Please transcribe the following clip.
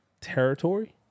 territory